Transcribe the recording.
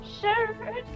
sure